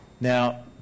Now